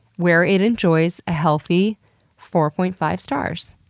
where it enjoys a healthy four point five stars.